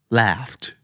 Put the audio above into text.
laughed